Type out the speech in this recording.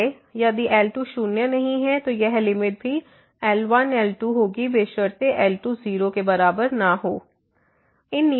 इसलिए यदि L2 शून्य नहीं है तो यह लिमिट भी L1L2 होगी बशर्ते L2 0 के बराबर न हो